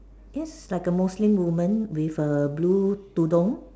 yes like a Muslim women with a blue tudung